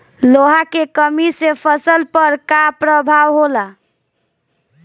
लोहा के कमी से फसल पर का प्रभाव होला?